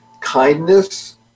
kindness